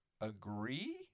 agree